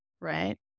right